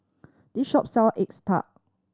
this shop sell eggs tart